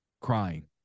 crying